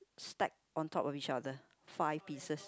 stack on top of each other five pieces